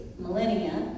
millennia